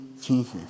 Jesus